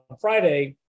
Friday